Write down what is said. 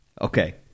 Okay